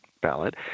ballot